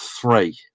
three